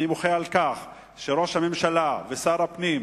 אני מוחה על כך שראש הממשלה ושר הפנים,